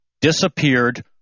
disappeared